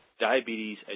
diabetes